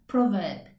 Proverb